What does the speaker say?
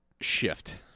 shift